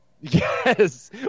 yes